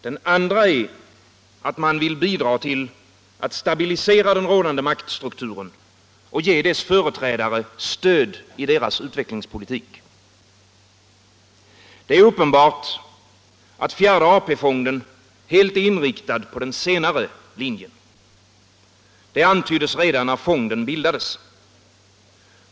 Den andra är att man vill bidra till att stabilisera den rådande maktstrukturen och ge dess företrädare stöd i deras utvecklingspolitik. Det är uppenbart att fjärde AP-fonden helt är inriktad på den senare linjen. Detta antyddes redan när fonden bildades.